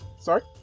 Sorry